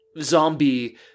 zombie